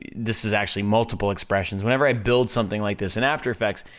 this is actually multiple expressions, whenever i build something like this in after effects,